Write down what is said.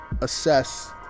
assess